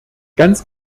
ganz